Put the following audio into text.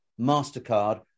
MasterCard